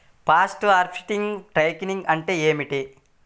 Post harvesting technique అంటే ఏమిటీ?